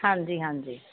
ਹਾਂਜੀ ਹਾਂਜੀ